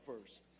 first